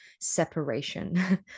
separation